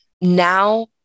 Now